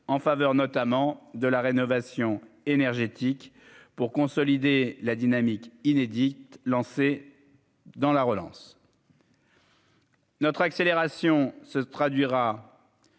en faveur notamment de la rénovation énergétique pour consolider la dynamique inédite lancée dans la relance. Notre accélération se traduira